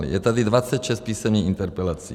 Je tady 26 písemných interpelací.